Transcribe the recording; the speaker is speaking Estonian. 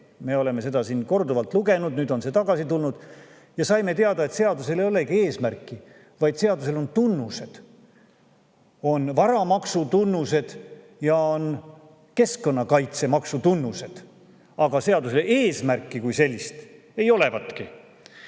Me oleme seda siin korduvalt lugenud, nüüd on see tagasi tulnud, ja saime teada, et seadusel ei olegi eesmärki, vaid seadusel on tunnused, on varamaksu tunnused ja on keskkonnakaitsemaksu tunnused, aga seaduse eesmärki kui sellist ei olevatki.